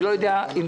אני לא יודע אם